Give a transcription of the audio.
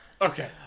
Okay